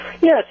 Yes